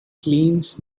cleanse